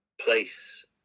place